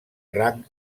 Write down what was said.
rang